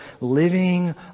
living